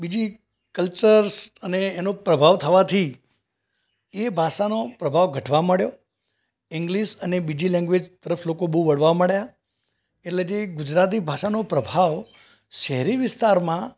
બીજી કલ્ચર્સ અને એનો પ્રભાવ થવાથી એ ભાષાનો પ્રભાવ ઘટવા માંડ્યો ઇંગ્લિશ અને બીજી લેંગ્વેજ તરફ લોકો બહુ વળવા માંડ્યા એટલે જે ગુજરાતી ભાષાનો પ્રભાવ શહેરી વિસ્તારમાં